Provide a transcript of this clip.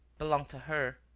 belonged to her.